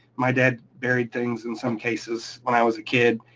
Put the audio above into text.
my dad buried things in some cases, when i was a kid,